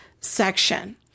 section